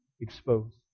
exposed